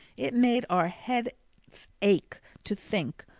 it made our heads ache to think,